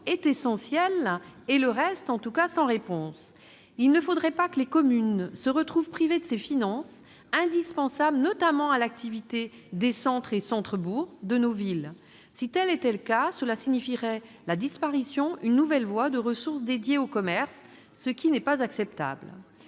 est essentielle, et qu'elle demeure sans réponse. Il ne faudrait pas que les communes se retrouvent privées de ces finances indispensables notamment à l'activité des centres et centres-bourgs de nos villes. Si tel était le cas, cela signifierait la disparition, une nouvelle fois, de ressources dédiées aux communes, ce qui n'est pas acceptable.